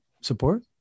support